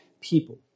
people